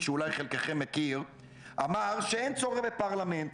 שאולי חלקכם מכיר אמר שאין צורך בפרלמנט.